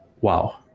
wow